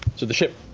so the ship